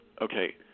Okay